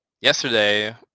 yesterday